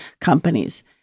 companies